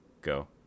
go